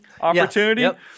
opportunity